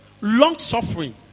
long-suffering